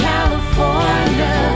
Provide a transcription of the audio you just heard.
California